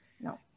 no